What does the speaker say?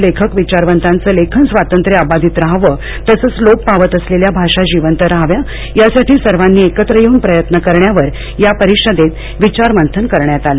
लेखक विचारवंताचं लेखन स्वातंत्र्य अबाधित राहावं तसंच लोप पावत असलेल्या भाषा जिवंत रहाव्यात यासाठी सर्वांनी एकत्र येऊन प्रयत्न करण्यावर या परिषदेत विचारमंथन करण्यात आलं